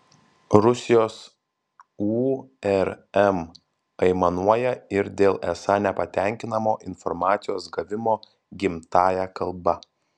rusijos urm aimanuoja ir dėl esą nepatenkinamo informacijos gavimo gimtąja kalba